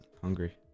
Hungry